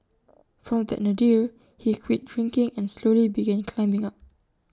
from that Nadir he quit drinking and slowly began climbing up